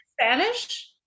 Spanish